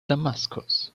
damascus